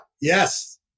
Yes